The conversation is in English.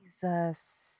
Jesus